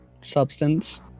substance